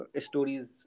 stories